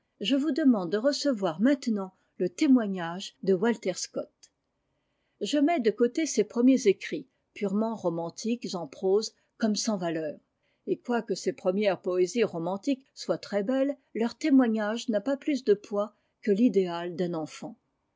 je vous demande de recevoir maintenant le témoignage de walter scott i je mets de côté ses premiers écrits purement romantiques en prose comme sans valeur et quoique ses premières poésies romantiques soient très belles leur témoignage n'a pas plus de poids que l'idéal d'un enfant